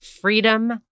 freedom